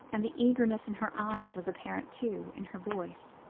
and the eagerness in her eyes was apparent, too, in her voice.